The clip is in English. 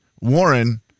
Warren